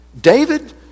David